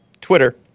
Twitter